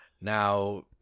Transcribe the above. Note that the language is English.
Now